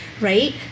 right